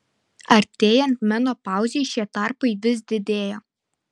artėjant menopauzei šie tarpai vis didėja